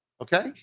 Okay